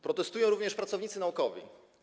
Protestują również pracownicy naukowi.